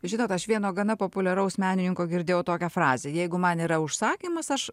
žinot aš vieno gana populiaraus menininko girdėjau tokią frazę jeigu man yra užsakymas aš